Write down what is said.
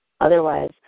Otherwise